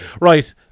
right